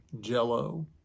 Jello